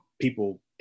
people